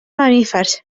mamífers